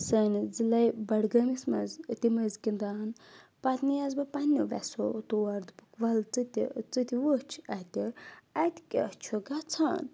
سٲنس ضلعے بَڈگٲمِس منٛز تِم ٲسۍ گِنٛدان پَتہٕ نِی ہَس بہٕ پَنٛنیِو وؠسو تور دوٚپُکھ وَلہٕ ژٕ تہِ ژٕ تہِ وُچھ اَتہِ اَتہِ کیاہ چھُ گَژھان